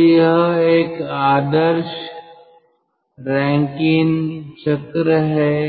तो यह एक आदर्श रैंकिन चक्र है